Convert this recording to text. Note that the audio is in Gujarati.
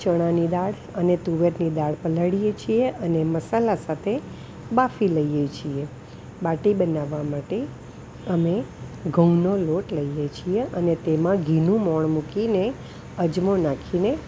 ચણાની દાળ અને તુવેરની દાળ પલાળીએ છીએ અને મસાલા સાથે બાફી લઈએ છીએ બાટી બનાવા માટે અમે ઘઉનો લોટ લઈએ છીએ અને તેમાં ઘીનું મોણ મૂકીને અજમો નાખીને